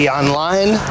online